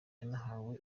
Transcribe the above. yanahawe